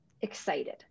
excited